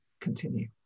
continue